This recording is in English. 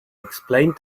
explained